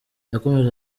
yakomeje